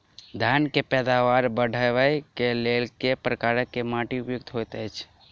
धान केँ पैदावार बढ़बई केँ लेल केँ प्रकार केँ माटि उपयुक्त होइत अछि?